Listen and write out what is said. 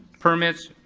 permits,